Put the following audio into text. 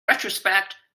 retrospect